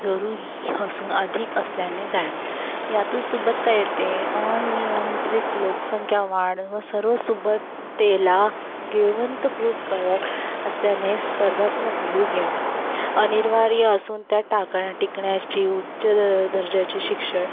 जरुरी असून अधिक असल्याने जाणवे यातून सुबत्ता येते अनियंत्रित लोकसंख्या वाढ व सर्व सुबत्तेला असल्याने स्पर्धात्मक व्ह्यू घेणे अनिवार्य असून त्या टाकण्या टिकण्याची उच्च दर्जाचे शिक्षण